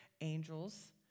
angels